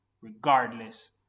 regardless